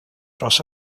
dros